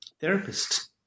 therapist